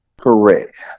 Correct